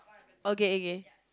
okay okay